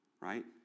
right